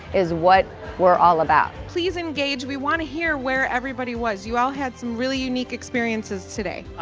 is what we're all about. please engage, we want to hear where everybody was. you all had some really unique experiences today.